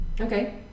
Okay